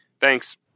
Thanks